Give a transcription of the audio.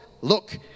look